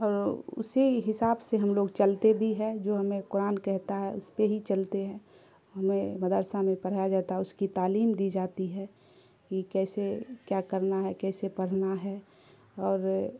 اور اسی حساب سے ہم لوگ چلتے بھی ہے جو ہمیں قرآن کہتا ہے اس پہ ہی چلتے ہیں ہمیں مدرسہ میں پڑھایا جاتا ہے اس کی تعلیم دی جاتی ہے کہ کیسے کیا کرنا ہے کیسے پڑھنا ہے اور